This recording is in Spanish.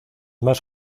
más